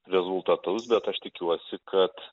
rezultatus bet aš tikiuosi kad